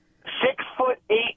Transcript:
Six-foot-eight